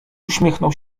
uśmiechnął